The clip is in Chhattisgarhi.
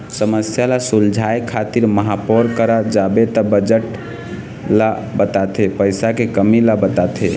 समस्या ल सुलझाए खातिर महापौर करा जाबे त बजट ल बताथे पइसा के कमी ल बताथे